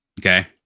okay